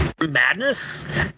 madness